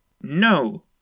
No